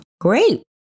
Great